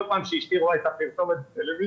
כל פעם שאשתי רואה את הפרסומת בטלוויזיה